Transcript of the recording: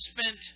spent